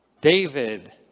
David